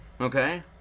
okay